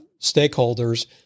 stakeholders